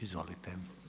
Izvolite.